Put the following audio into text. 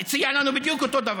הציע לנו בדיוק אותו הדבר.